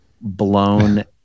blown